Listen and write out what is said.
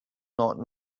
not